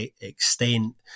extent